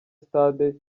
stade